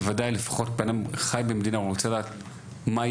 בוודאי לפחות כשבן אדם חי במדינה ורוצה לדעת מה יש,